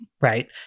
right